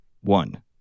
One